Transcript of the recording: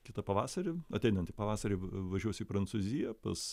kitą pavasarį ateinantį pavasarį važiuosiu į prancūziją pas